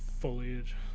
foliage